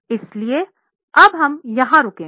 इसलिए हम यहां रुकेंगे